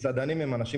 מסעדנים הם אנשים